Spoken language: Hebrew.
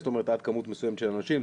זאת אומרת עד כמות מסוימת של אנשים,